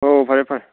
ꯍꯣ ꯐꯔꯦ ꯐꯔꯦ